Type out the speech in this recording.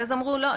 ואז אמרו לא,